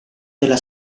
della